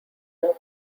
more